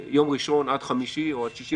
ראשון עד חמישי או עד שישי,